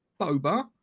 boba